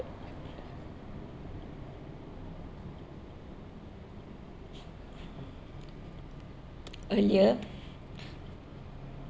a year